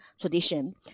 tradition